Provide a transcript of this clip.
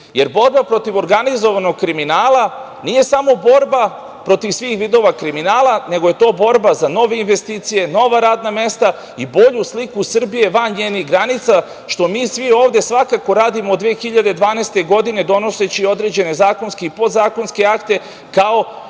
jer borba protiv organizovanog kriminala nije samo borba protiv svih vidova kriminala, nego je to borba za nove investicije, nova radna mesta i bolju sliku Srbije van njenih granica, što mi svi ovde svakako radimo od 2012. godine, donoseći određene zakonske i podzakonske akte, kao